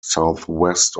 southwest